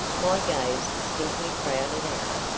my gaze is simply crowded out.